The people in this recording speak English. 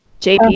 JP